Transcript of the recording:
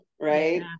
right